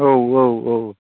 औ औ औ